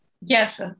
Yes